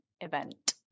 event